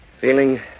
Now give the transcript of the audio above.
Feeling